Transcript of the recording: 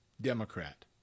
Democrat